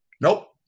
nope